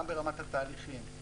גם ברמת התהליכים,